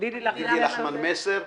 דידי לחמני-מסר,